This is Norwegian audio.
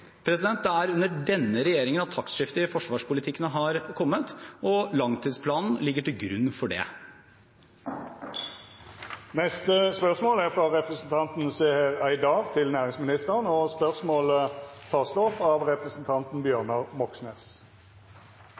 Det er under denne regjeringen at taktskiftet i forsvarspolitikken har kommet, og langtidsplanen ligger til grunn for det. Me går no til spørsmål 11. Dette spørsmålet, frå representanten Seher Aydar til næringsministeren, vil verta teke opp av representanten Bjørnar Moxnes.